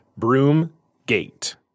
Broomgate